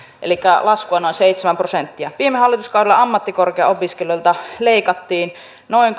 elikkä laskua noin seitsemän prosenttia viime hallituskaudella ammattikorkeaopiskelijoilta leikattiin noin